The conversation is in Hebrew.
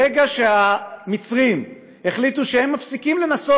ברגע שהמצרים החליטו שהם מפסיקים לנסות